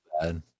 bad